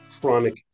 chronic